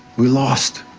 we lost.